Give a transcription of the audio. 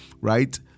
right